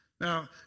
Now